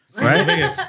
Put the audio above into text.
right